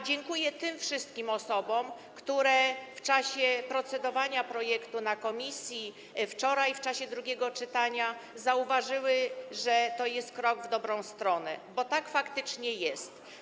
Dziękuję tym wszystkim osobom, które wczoraj w czasie procedowania projektu na posiedzeniu komisji, w czasie drugiego czytania zauważyły, że to jest krok w dobrą stronę, bo tak faktycznie jest.